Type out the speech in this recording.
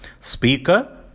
speaker